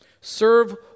Serve